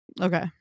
Okay